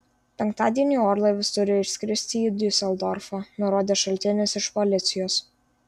penktadienį orlaivis turi išskristi į diuseldorfą nurodė šaltinis iš policijos